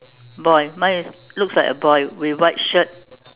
boy mine is looks like a boy with white shirt